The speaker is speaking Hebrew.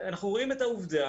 ואנחנו רואים את העובדה